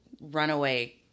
runaway